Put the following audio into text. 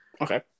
Okay